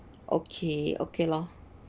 okay okay lor